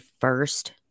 first